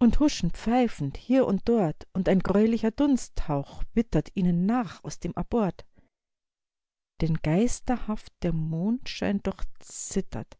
und huschen pfeifend hier und dort und ein gräulicher dunsthauch wittert ihnen nach aus dem abort den geisterhaft der mondschein durchzittert